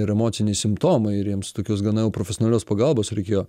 ir emociniai simptomai ir jiems tokios gana jau profesionalios pagalbos reikėjo